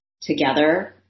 together